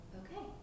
okay